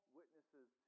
witnesses